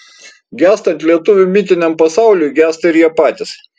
gęstant lietuvių mitiniam pasauliui gęsta ir jie patys